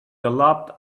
galloped